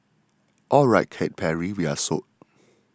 alright Katy Perry we're sold